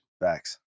Facts